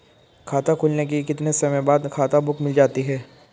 खाता खुलने के कितने समय बाद खाता बुक मिल जाती है?